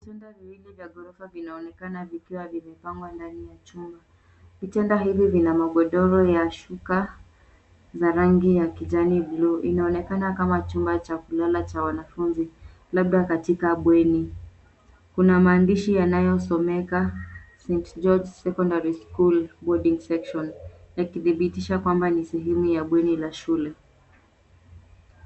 Vitanda viwili vya ghorofa vinaonekana vikiwa vimepangwa ndani ya chumba. Vitanda hivi vina magodoro ya shuka za rangi ya kijani buluu. Inaonekana kama chumba cha kulala cha wanafunzi labda katika abweni. Kuna mandishi ya nayosomeka St. George's Secondary School Boarding Section yakidhibitisha kwamba ni sehemu ya bweni la shule.